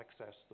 access